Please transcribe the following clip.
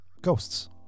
ghosts